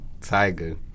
Tiger